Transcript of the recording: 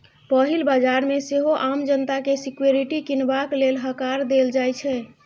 पहिल बजार मे सेहो आम जनता केँ सिक्युरिटी कीनबाक लेल हकार देल जाइ छै